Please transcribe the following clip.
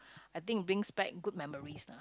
I think it brings back good memories lah